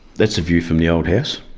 that's the view from the old house,